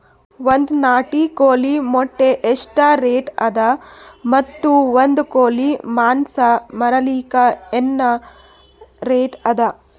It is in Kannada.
ಒಂದ್ ನಾಟಿ ಕೋಳಿ ಮೊಟ್ಟೆ ಎಷ್ಟ ರೇಟ್ ಅದ ಮತ್ತು ಒಂದ್ ಕೋಳಿ ಮಾಂಸ ಮಾರಲಿಕ ಏನ ರೇಟ್ ಅದ?